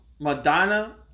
Madonna